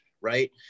right